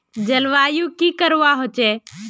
जलवायु की करवा होचे?